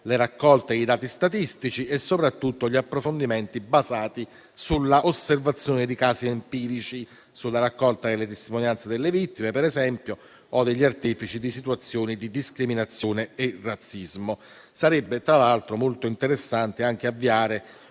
le raccolte e i dati statistici e soprattutto gli approfondimenti basati sull'osservazione dei casi empirici, sulla raccolta delle testimonianze delle vittime, per esempio, o degli artefici di situazioni di discriminazione e razzismo. Sarebbe tra l'altro molto interessante anche avviare